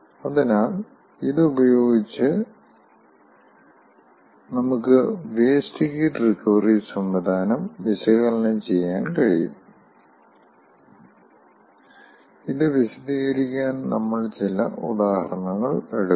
അതിനാൽ ഇത് ഉപയോഗിച്ച് നമുക്ക് വേസ്റ്റ് ഹീറ്റ് റിക്കവറി സംവിധാനം വിശകലനം ചെയ്യാൻ കഴിയും ഇത് വിശദീകരിക്കാൻ നമ്മൾ ചില ഉദാഹരണങ്ങൾ എടുക്കും